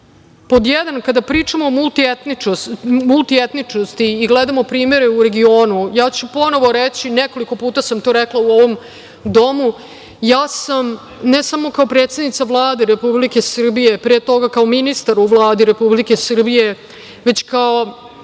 uši. Pod jedan, kada pričamo o multietničnosti i gledamo primere u regionu, ja ću ponovo reći, nekoliko puta sam to rekla u ovom Domu, ja sam, ne samo kao predsednica Vlade Srbije pre toga kao ministar u Vladi Republike Srbije, već kao